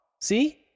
See